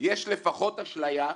יש לפחות אשליה.